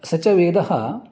स च वेदः